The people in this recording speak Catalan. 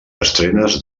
estrenes